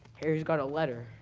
harry's got a letter.